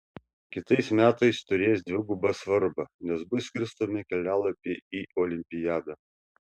kitais metais turės dvigubą svarbą nes bus skirstomi kelialapiai į olimpiadą